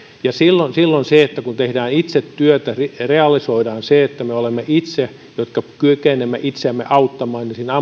silloin silloin kun tehdään itse työtä ja realisoidaan se että me me olemme itse ne jotka kykenemme itseämme auttamaan siinä